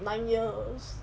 nine years